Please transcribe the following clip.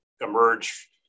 emerge